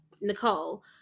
Nicole